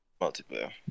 multiplayer